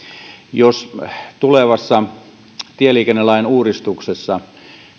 jos tulevassa tieliikennelain uudistuksessa